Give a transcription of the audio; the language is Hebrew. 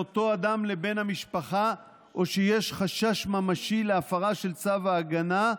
מאותו אדם לבן המשפחה או שיש חשש ממשי להפרה של צו ההגנה,